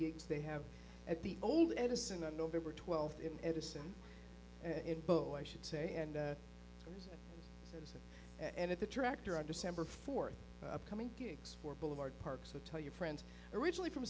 gigs they have at the old edison on november twelfth in edison in both i should say and at the tractor on december fourth upcoming gigs for boulevard park so tell your friends originally from